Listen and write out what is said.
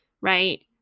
right